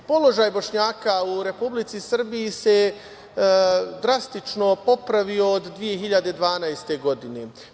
Položaj Bošnjaka u Republici Srbiji se drastično popravio od 2012. godine.